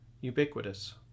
ubiquitous